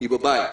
היא בבית.